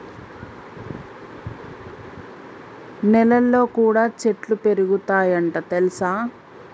నెలల్లో కూడా చెట్లు పెరుగుతయ్ అంట తెల్సా